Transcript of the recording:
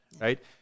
right